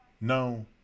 No